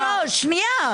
לא, לא, שנייה.